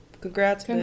Congrats